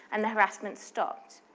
and the harassment stopped.